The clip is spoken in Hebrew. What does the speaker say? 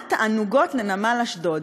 אוניית תענוגות לנמל אשדוד,